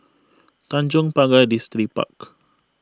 Tanjong Pagar Distripark